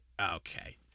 okay